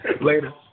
Later